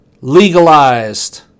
legalized